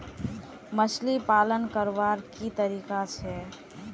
मछली पालन करवार की तरीका छे?